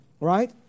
right